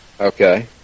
Okay